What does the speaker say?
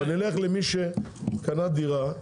אבל נלך למי שקנה דירה,